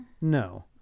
No